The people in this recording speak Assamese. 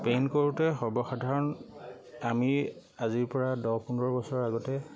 পেইণ্ট কৰোঁতে সৰ্বসাধাৰণ আমি আজিৰপৰা দহ পোন্ধৰ বছৰ আগতে